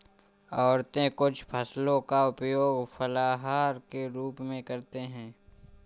औरतें कुछ फसलों का उपयोग फलाहार के रूप में करते हैं